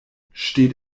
steht